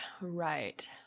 right